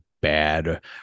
bad